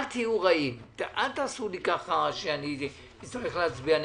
אל תהיו רעים, אל תעשו שאני אצטרך להצביע נגדכם,